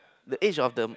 the age of the